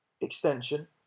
extension